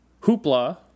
Hoopla